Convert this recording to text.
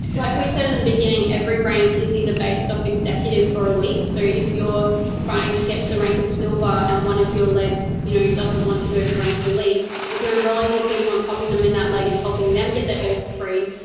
like we said in the beginning every rank is either based off executives or elites, so if you're trying to get to the rank of silver and one of your legs you know doesn't want to go to the rank of elite, if you're enrolling more people and popping them in that leg and helping them get their oils free,